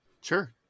sure